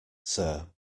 sir